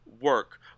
work